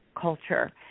culture